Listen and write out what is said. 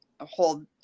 hold